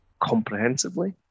comprehensively